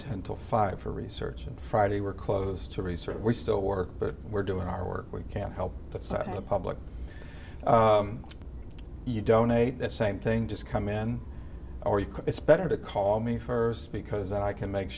ten to five for research and friday we're closed to research we still work but we're doing our work we can't help but see that in the public you donate that same thing just come in or you it's better to call me first because i can make